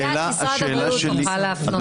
נציגת משרד הבריאות תוכל להפנות אותך.